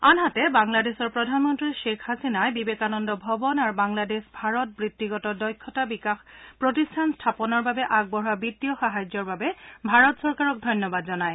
আনহাতে বাংলাদেশৰ প্ৰধানমন্ত্ৰী শ্বেখ হাছিনাই বিবেকানন্দ ভৱন আৰু বাংলাদেশ ভাৰত বৃত্তিগত দক্ষতা বিকাশ প্ৰতিষ্ঠান স্থাপনৰ বাবে আগবঢ়োৱা বিজ্ঞীয় সাহায্যৰ বাবে ভাৰত চৰকাৰক ধন্যবাদ জনায়